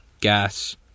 Gas